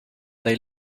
they